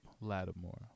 Lattimore